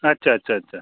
আচ্ছা আচ্ছা আচ্ছা